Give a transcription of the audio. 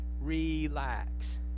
relax